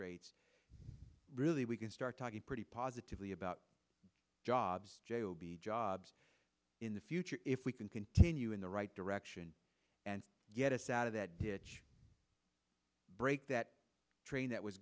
rates really we can start talking pretty positively about jobs j o b jobs in the future if we can continue in the right direction and get us out of that break that train that was